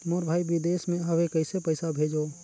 मोर भाई विदेश मे हवे कइसे पईसा भेजो?